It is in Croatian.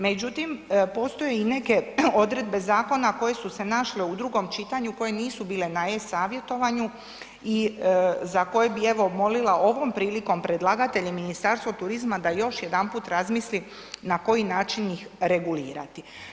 Međutim, postoje i neke odredbe zakona koje su se našle u drugom čitanju koje nisu bile na e-savjetovanju i za koje bi evo molila ovom prilikom predlagatelje Ministarstvo turizma da još jedanput razmisli na koji način ih regulirati.